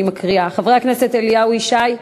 אני מקריאה: חבר הכנסת אליהו ישי,